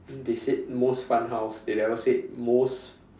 they said most fun house they never said most